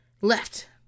left